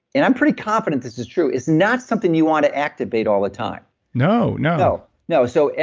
and i'm pretty confident this is true, is not something you want to activate all the time no, no no, no. so yeah